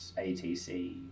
ATC